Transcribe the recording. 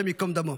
השם ייקום דמו,